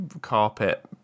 carpet